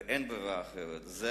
ואין ברירה אחרת, זה